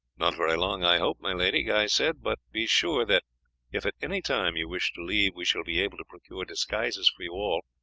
not very long i hope, my lady, guy said but be sure that if at any time you wish to leave we shall be able to procure disguises for you all,